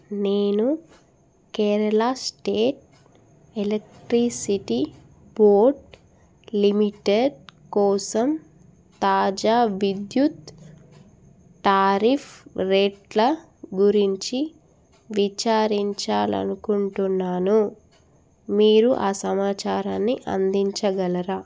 నేను Kerala state electricity board limited కోసం తాజా విద్యుత్ టారిఫ్ రేట్ల గురించి విచారించాలి అనుకుంటున్నాను మీరు ఆ సమాచారాన్ని అందించగలరా